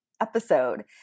episode